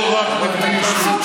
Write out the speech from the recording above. ניצח שלוש פעמים.